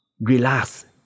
relax